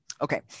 Okay